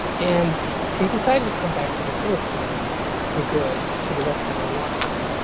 and they decided to come back to the philippines for good, for the rest of their lives.